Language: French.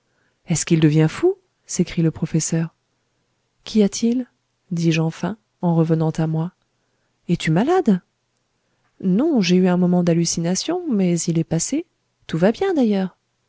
est-ce qu'il devient fou s'écrie le professeur qu'y a-t-il dis-je enfin en revenant à moi es-tu malade non j'ai eu un moment d'hallucination mais il est passé tout va bien d'ailleurs